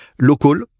local